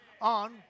on